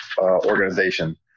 organization